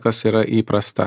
kas yra įprasta